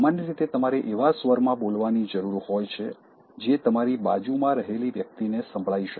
સામાન્ય રીતે તમારે એવા સ્વરમાં બોલવાની જરૂર હોય છે જે તમારી બાજુમાં રહેલી વ્યક્તિને સંભળાઈ શકે